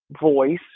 voice